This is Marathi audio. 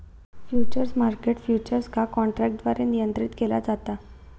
फ्युचर्स मार्केट फ्युचर्स का काँट्रॅकद्वारे नियंत्रीत केला जाता